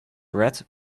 red